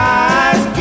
eyes